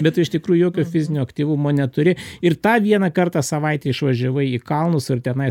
bet iš tikrųjų jokio fizinio aktyvumo neturi ir tą vieną kartą savaitėj išvažiavai į kalnus ar tenais